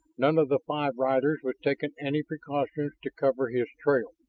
none of the five riders was taking any precautions to cover his trail.